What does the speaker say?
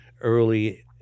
early